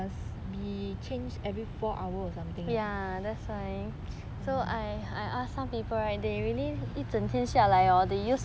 must must be changed every four hour or something